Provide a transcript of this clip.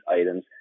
items